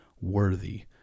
worthy